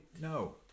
No